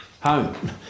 home